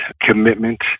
commitment